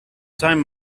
time